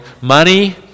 Money